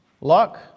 Luck